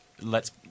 lets